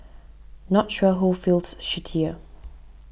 not sure who feels shittier